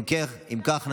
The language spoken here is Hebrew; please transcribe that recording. אם כך,